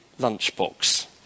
lunchbox